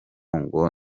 ngo